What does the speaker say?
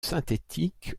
synthétiques